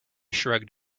shrugged